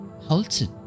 halted